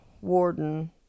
warden